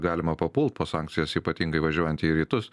galima papult po sankcijos ypatingai važiuojant į rytus